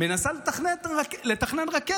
מנסה לתכנן רכבת,